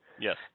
Yes